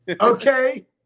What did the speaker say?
Okay